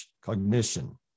cognition